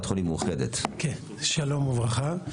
שלום וברכה.